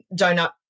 donut